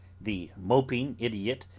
the moping idiot,